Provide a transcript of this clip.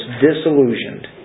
disillusioned